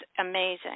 amazing